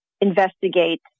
investigate